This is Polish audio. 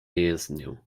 jezdnię